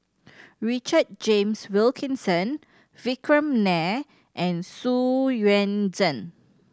Richard James Wilkinson Vikram Nair and Xu Yuan Zhen